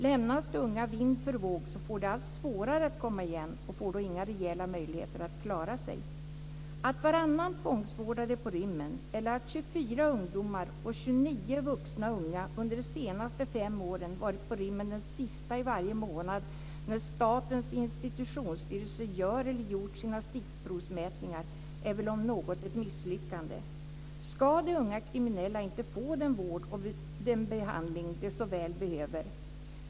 Lämnas de unga vind för våg får de allt svårare att komma igen och de får då inga rejäla möjligheter att klara sig. Att varannan tvångsvårdad är på rymmen eller att 24 ungdomar och 29 unga vuxna under de senaste fem åren har varit på rymmen den sista varje månad när Statens institutionsstyrelse gör eller har gjort sina stickprovsmätningar är väl om något ett misslyckande. Ska de unga kriminella inte få den vård och den behandling som de så väl behöver?